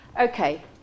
Okay